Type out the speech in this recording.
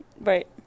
Right